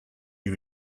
you